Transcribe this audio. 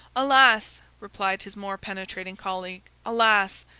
alas! replied his more penetrating colleague alas!